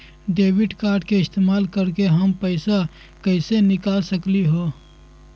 Debit card के इस्तेमाल करके हम पैईसा कईसे निकाल सकलि ह?